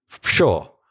Sure